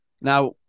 Now